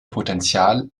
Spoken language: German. potenzial